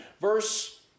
verse